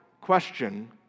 question